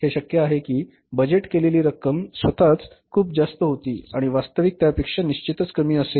हे शक्य आहे की बजेट केलेली रक्कम स्वतःच खूप जास्त होती आणि वास्तविक त्यापेक्षा निश्चितच कमी असेल